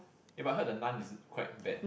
eh but I heard the Nun is quite bad